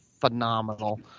phenomenal